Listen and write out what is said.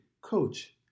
coach